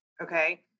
Okay